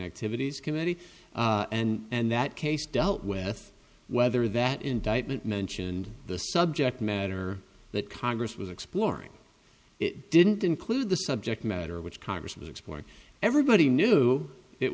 activities committee and that case dealt with whether that indictment mentioned the subject matter that congress was exploring it didn't include the subject matter which congress was exploring everybody knew it